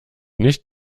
nicht